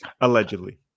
Allegedly